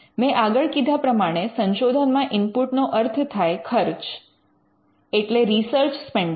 મેં આગળ કીધા પ્રમાણે સંશોધનમાં ઇનપુટ નો અર્થ થાય ખર્ચ એટલે રિસર્ચ સ્પેન્ડિંગ